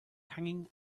hanging